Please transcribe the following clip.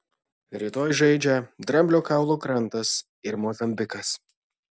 rytoj žaidžia dramblio kaulo krantas ir mozambikas